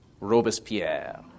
Robespierre